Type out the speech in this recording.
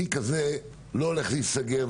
התיק הזה לא הולך להיסגר,